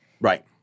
Right